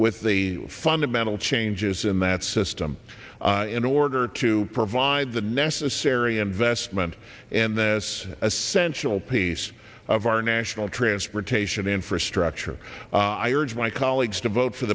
with the fundamental changes in that system in order to provide the necessary investment and this essential piece of our national transportation infrastructure i urge my colleagues to vote for